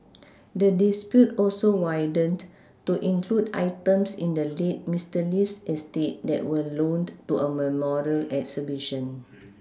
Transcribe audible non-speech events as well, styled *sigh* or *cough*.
the dispute also widened to include items in the late Mister Lee's estate that were loaned to a memorial exhibition *noise*